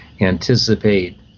anticipate